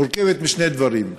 מורכבת משני דברים.